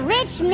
rich